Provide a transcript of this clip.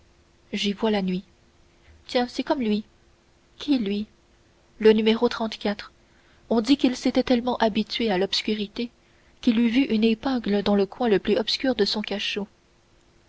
j'y vois la nuit tiens c'est comme lui qui lui le numéro on dit qu'il s'était tellement habitué à l'obscurité qu'il eût vu une épingle dans le coin le plus obscur de son cachot